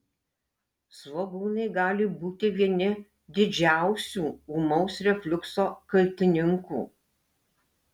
svogūnai gali būti vieni didžiausių ūmaus refliukso kaltininkų